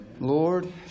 Lord